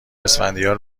اسفندیار